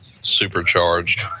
supercharged